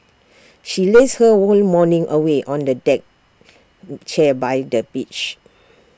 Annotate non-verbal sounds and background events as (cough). she lazed her whole morning away on the deck (hesitation) chair by the beach